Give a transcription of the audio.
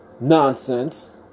nonsense